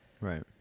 Right